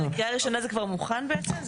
זה קריאה ראשונה זה כבר מוכן בעצם?